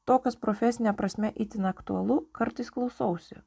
to kas profesine prasme itin aktualu kartais klausausi